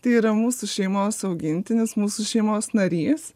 tai yra mūsų šeimos augintinis mūsų šeimos narys